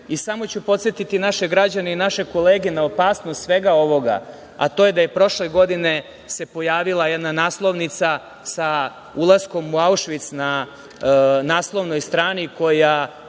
Samo ću podsetiti naše građane i naše kolege na opasnost svega ovoga, a to je da se prošle godine pojavila jedna naslovnica sa ulaskom u Aušvic na naslovnoj strani, koja